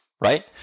right